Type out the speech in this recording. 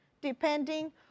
depending